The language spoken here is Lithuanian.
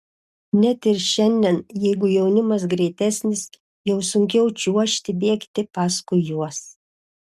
net ir šiandien jeigu jaunimas greitesnis jau sunkiau čiuožti bėgti paskui juos